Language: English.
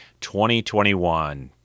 2021